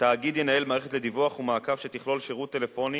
תאגיד ינהל מערכת לדיווח ומעקב שתכלול שירות טלפוני